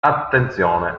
attenzione